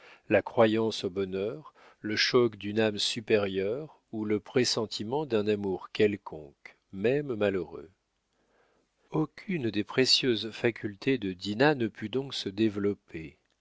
la croyance au bonheur le choc d'une âme supérieure ou le pressentiment d'un amour quelconque même malheureux aucune des précieuses facultés de dinah ne put donc se développer